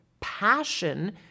passion